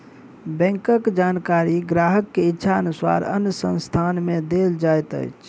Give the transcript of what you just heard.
बैंकक जानकारी ग्राहक के इच्छा अनुसार अन्य संस्थान के देल जाइत अछि